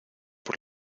por